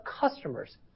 customers